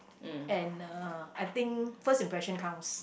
and uh I think first impression counts